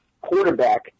quarterback